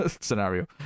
scenario